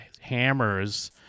hammers